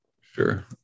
Sure